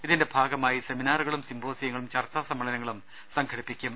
ഇതിന്റെ ഭാഗമായി സെമിനാറുകളും സിമ്പോ സിയങ്ങളും ചർച്ചാ സമ്മേളനങ്ങളും സംഘടിപ്പിക്കും